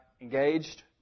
engaged